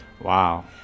Wow